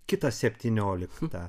kitas septynioliktą